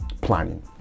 planning